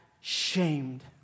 shamed